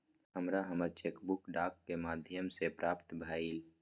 हमरा हमर cheque book डाक के माध्यम से प्राप्त भईल